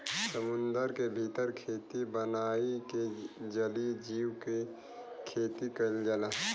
समुंदर के भीतर खेती बनाई के जलीय जीव के खेती कईल जाला